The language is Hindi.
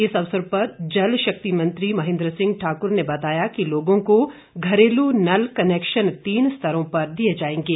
इस अवसर पर जल शक्ति मंत्री महेन्द्र सिंह ठाकुर ने बताया कि लोगों को घरेलू नल कनैक्शन तीन स्तरों पर दिए जाएंगे